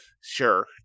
Sure